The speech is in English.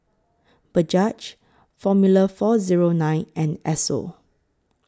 Bajaj Formula four Zero nine and Esso